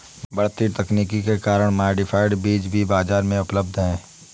बढ़ती तकनीक के कारण मॉडिफाइड बीज भी बाजार में उपलब्ध है